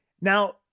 now